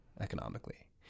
economically